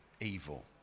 evil